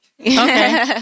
Okay